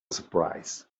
surprise